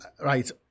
Right